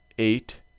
eight,